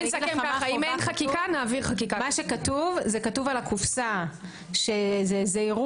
מה שכתוב כתוב על הקופסה "זהירות,